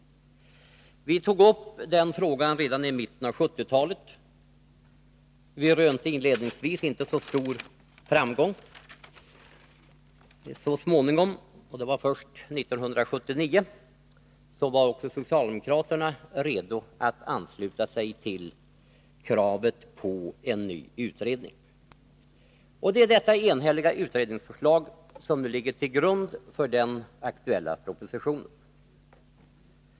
Vi tog upp den frågan redan i mitten av 1970-talet. Inledningsvis rönte vi inte så stor framgång. Så småningom — det var först 1979 — var också socialdemokraterna redo att ansluta sig till kravet på en ny utredning. Det är detta enhälliga utredningsbetänkande som nu ligger till grund för den aktuella propositionen.